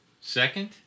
Second